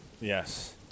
yes